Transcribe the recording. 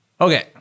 okay